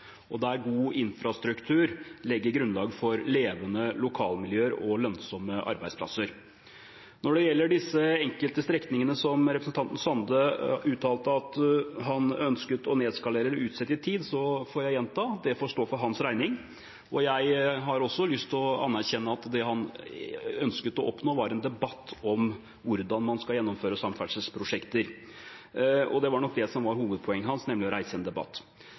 god infrastruktur legger grunnlag for levende lokalmiljøer og lønnsomme arbeidsplasser. Når det gjelder disse enkelte strekningene som representanten Sande uttalte at han ønsket å nedskalere eller utsette i tid, får jeg gjenta: Det får stå for hans regning. Jeg har også lyst til å anerkjenne at det han ønsket å oppnå, var en debatt om hvordan man skal gjennomføre samferdselsprosjekter. Det var nok det som var hovedpoenget hans, nemlig å reise en debatt.